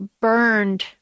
burned